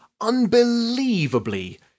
unbelievably